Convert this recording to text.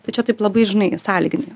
tai čia taip labai žinai sąlyginė